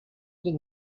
did